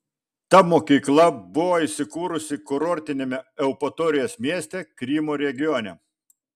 ta mokykla buvo įsikūrusi kurortiniame eupatorijos mieste krymo regione